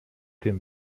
den